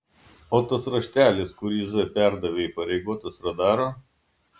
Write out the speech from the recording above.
o tas raštelis kurį z perdavė įpareigotas radaro